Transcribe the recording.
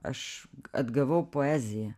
aš atgavau poeziją